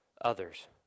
others